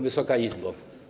Wysoka Izbo!